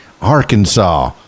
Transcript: Arkansas